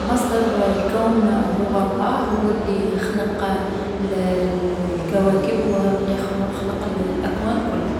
مصدر الكون هو الله، هو لي خلق الـ الكواكب، هو لي خلق الأكوان كلها.